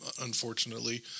Unfortunately